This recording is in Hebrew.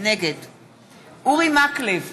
נגד אורי מקלב,